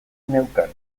neukan